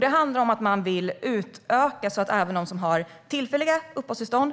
Det handlar om att man vill utöka så att även de som har tillfälliga uppehållstillstånd